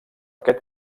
aquest